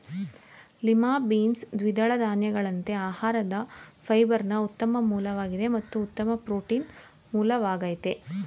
lima beans ದ್ವಿದಳ ಧಾನ್ಯಗಳಂತೆ ಆಹಾರದ ಫೈಬರ್ನ ಉತ್ತಮ ಮೂಲವಾಗಿದೆ ಮತ್ತು ಉತ್ತಮ ಪ್ರೋಟೀನ್ ಮೂಲವಾಗಯ್ತೆ